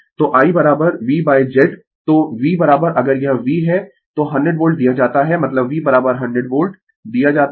तो I V Z तो V अगर यह V है तो 100 वोल्ट दिया जाता है मतलब V 100 वोल्ट दिया जाता है